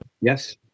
Yes